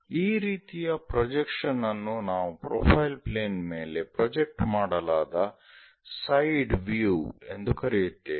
ಈ ರೀತಿಯ ಪ್ರೊಜೆಕ್ಷನ್ ಅನ್ನು ನಾವು ಪ್ರೊಫೈಲ್ ಪ್ಲೇನ್ ಮೇಲೆ ಪ್ರೊಜೆಕ್ಟ್ ಮಾಡಲಾದ ಸೈಡ್ ವ್ಯೂ ಎಂದು ಕರೆಯುತ್ತೇವೆ